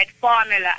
formula